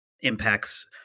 impacts